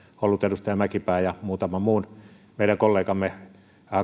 ollut edustaja mäkipään ja muutaman muun meidän kollegamme